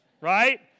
right